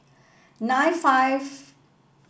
nine five